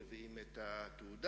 תאמין לי,